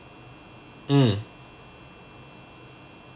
mm